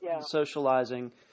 socializing